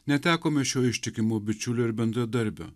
netekome šio ištikimo bičiulio ir bendradarbio